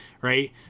Right